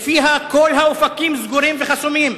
שלפיה כל האופקים סגורים וחסומים,